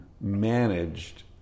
managed